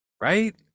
right